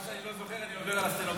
מה שאני לא זוכר, אני עובר על הסטנוגרמה.